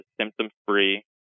symptom-free